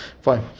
fine